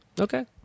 Okay